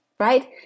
Right